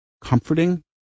comforting